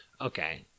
Okay